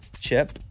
chip